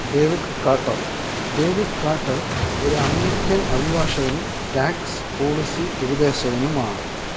David Cutter David Cutter ഒരു American അഭിഭാഷകനും tax policy ഉപദേശകനുമാണ്